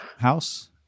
house